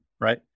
Right